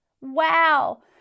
Wow